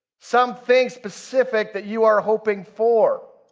some things specific that you are hoping for.